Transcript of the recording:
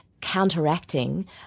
counteracting